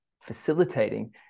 facilitating